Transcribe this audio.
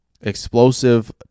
explosive